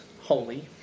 holy